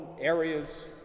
areas